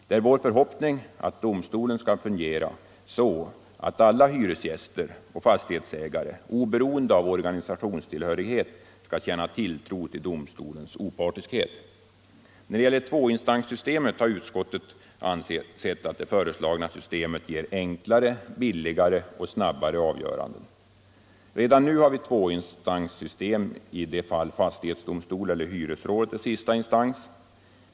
Det är vår förhoppning att domstolen skall fungera så att alla hyresgäster och fastighetsägare oberoende av organisationstillhörighet skall känna tilltro till domstolens opartiskhet. När det gäller tvåinstanssystemet har utskottet ansett att det föreslagna systemet ger enklare, billigare och snabbare avgöranden. Redan nu har vi tvåinstanssystem i de fall fastighetsdomstol eller hyresrådet är sista instans.